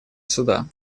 суда